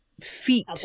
feet